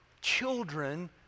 children